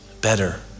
better